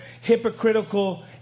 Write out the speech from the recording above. hypocritical